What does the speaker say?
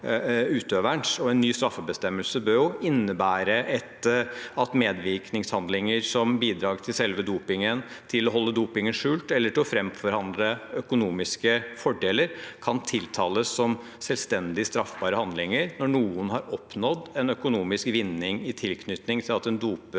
en ny straffebestemmelse bør innebære at medvirkningshandlinger som bidrag til selve dopingen, til å holde dopingen skjult, eller til å framforhandle økonomiske fordeler, kan tiltales som selvstendig straffbare handlinger når noen har oppnådd en økonomisk vinning i tilknytning til at en dopet